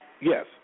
Yes